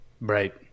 Right